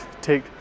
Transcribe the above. take